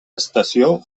estació